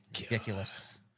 Ridiculous